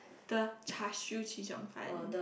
the char siew chee cheong fun